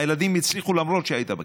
הילדים הצליחו למרות שהיית בכיתה.